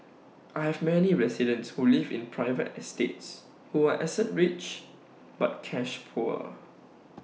I have many residents who live in private estates who are asset rich but cash poor